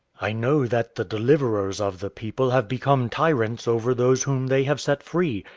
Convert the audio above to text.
i know that the deliverers of the people have become tyrants over those whom they have set free,